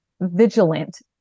vigilant